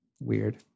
Weird